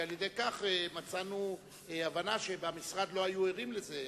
כי על-ידי כך מצאנו הבנה שבמשרד לא היו ערים לזה.